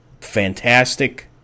fantastic